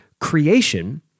creation